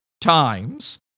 Times